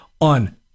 on